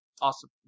Awesome